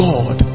God